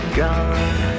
gone